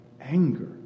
anger